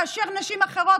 כאשר נשים אחרות,